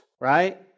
right